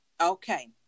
Okay